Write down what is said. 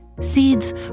Seeds